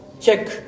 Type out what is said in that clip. check